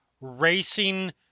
racing